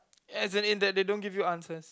as in that they don't give you answers